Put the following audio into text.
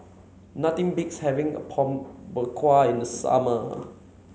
nothing beats having Apom Berkuah in the summer